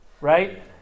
right